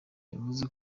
yavuze